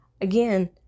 Again